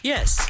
Yes